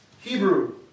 Hebrew